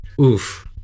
oof